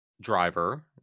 driver